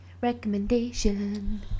Recommendation